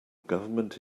government